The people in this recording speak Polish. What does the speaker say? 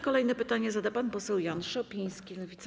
Kolejne pytanie zada pan poseł Jan Szopiński, Lewica.